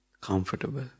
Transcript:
comfortable